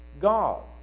God